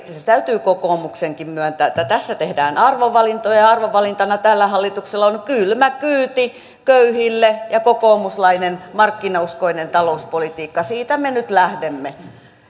se täytyy kokoomuksenkin myöntää että tässä tehdään arvovalintoja ja arvovalintana tällä hallituksella on kylmä kyyti köyhille ja kokoomuslainen markkinauskoinen talouspolitiikka siitä me nyt lähdemme